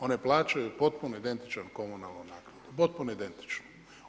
One plaćaju potpuno identičnu komunalnu naknadu, potpuno identičnu.